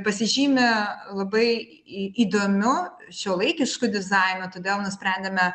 pasižymi labai įdomiu šiuolaikišku dizainu todėl nusprendėme